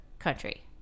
country